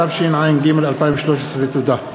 התשע"ג 2013. תודה.